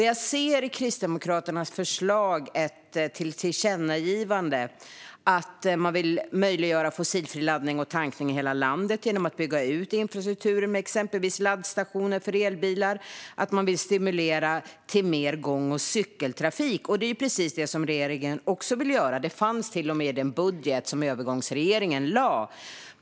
Jag ser i Kristdemokraternas förslag ett tillkännagivande att man vill möjliggöra fossilfri laddning och tankning i hela landet genom att bygga ut infrastrukturen med exempelvis laddstationer för elbilar. Man vill också stimulera till mer gång och cykeltrafik. Det är precis det som regeringen också vill göra; det fanns till och med i den budget som övergångsregeringen lade fram.